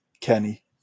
Kenny